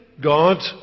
God